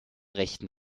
rechten